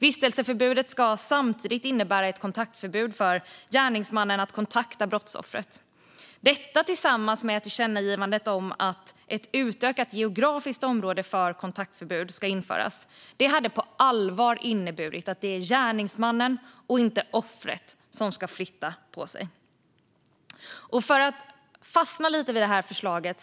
Vistelseförbudet ska samtidigt innebära ett förbud för gärningsmannen att kontakta brottsoffret. Detta tillsammans med tillkännagivandet om att ett utökat geografiskt område för kontaktförbud ska införas skulle på allvar innebära att det är gärningsmannen och inte offret som ska flytta på sig. Jag kan stanna lite vid det här förslaget.